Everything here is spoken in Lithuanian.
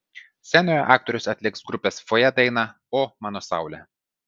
scenoje aktorius atliks grupės fojė dainą o mano saule